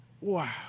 Wow